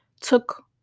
took